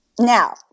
Now